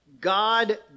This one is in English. God